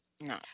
no